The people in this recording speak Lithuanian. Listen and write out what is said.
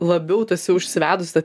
labiau tu esi užsivedus ta